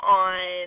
on